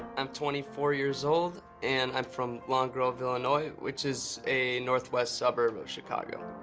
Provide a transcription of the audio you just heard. i'm twenty four years old, and i'm from long grove, illinois, which is a northwest suburb of chicago.